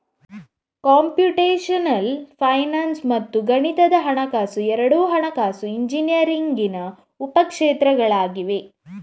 computational finance ಮತ್ತು ಗಣಿತದ ಹಣಕಾಸು ಎರಡೂ ಹಣಕಾಸು ಇಂಜಿನಿಯರಿಂಗಿನ ಉಪ ಕ್ಷೇತ್ರಗಳಾಗಿವೆ